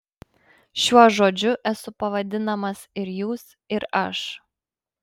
šiuo žodžiu esu pavadinamas ir jūs ir aš